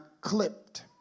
clipped